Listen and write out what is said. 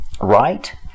Right